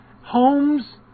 homes